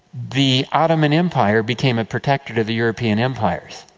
the ottoman empire became a protectorate of the european empires.